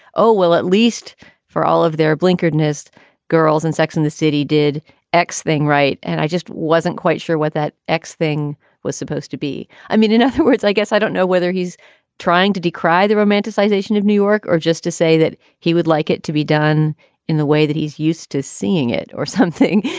oh, well, at least for all of their blinkered, earnest girls and sex and the city did x thing. right. and i just wasn't quite sure what that x thing was supposed to be. i mean, in other words, i guess i don't know whether he's trying to decry the romanticization of new york or just to say that he would like it to be done in the way that he's used to seeing it or something.